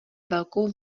velkou